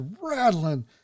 rattling